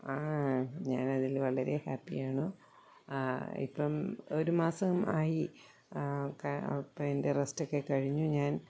ആ ഞാനതിൽ വളരെ ഹാപ്പിയാണ് ഇപ്പം ഒരുമാസം ആയി അപ്പം അതിൻ്റെ റെസ്റ്റൊക്കെ കഴിഞ്ഞു ഞാൻ